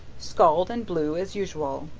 scald and blue as usual.